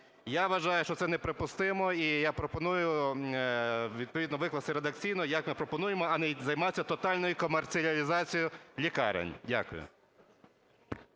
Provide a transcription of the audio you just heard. Я вважаю, що це неприпустимо. І я пропоную відповідно викласти редакційно, як ми пропонуємо, а не займатися тотальною комерціалізацією лікарень. Дякую.